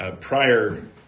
prior